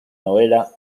novela